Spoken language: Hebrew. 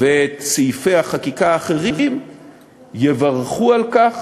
ואת סעיפי החקיקה האחרים יברכו על כך,